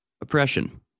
oppression